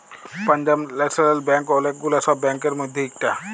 Punjab national bank ওলেক গুলা সব ব্যাংকের মধ্যে ইকটা